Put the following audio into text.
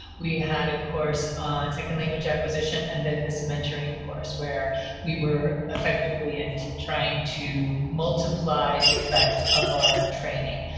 we had a course on second language acquisition, and then this mentoring course where we were effectively and trying to multiply the effect of our training.